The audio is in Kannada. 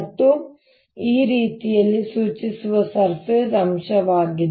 ಇದು ಈ ರೀತಿಯಲ್ಲಿ ಸೂಚಿಸುವ ಸರ್ಫೇಸ್ ಅಂಶವಾಗಿದೆ